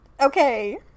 Okay